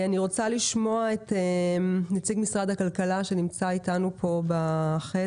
אני רוצה לשמוע את נציג משרד הכלכלה שנמצא איתנו בחדר.